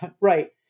right